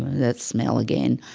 that smell again.